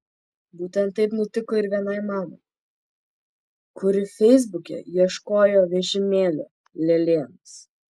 būtent taip nutiko ir vienai mamai kuri feisbuke ieškojo vežimėlio lėlėms